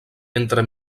entre